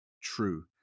true